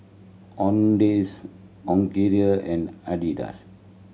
Owndays and Adidas